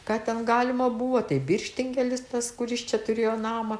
ką ten galima buvo tai birštingelis tas kuris čia turėjo namą